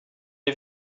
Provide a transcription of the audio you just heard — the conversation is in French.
est